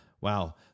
Wow